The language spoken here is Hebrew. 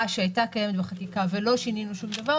שהייתה קיימת בחקיקה ולא שינינו שום דבר,